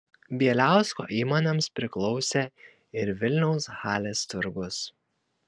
bieliausko įmonėms priklausė ir vilniaus halės turgus